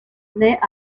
naît